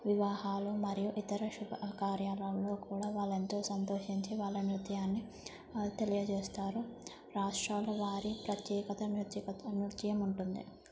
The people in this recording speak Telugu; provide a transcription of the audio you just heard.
వివాహాలు మరియు ఇతర శుభ కార్యాలలో కూడా వాళ్ళెంతో సంతోషించి వాళ్ళ నృత్యాన్ని తెలియజేస్తారు రాష్ట్రాలవారి ప్రత్యేకత నృత్యకత నృత్యం ఉంటుంది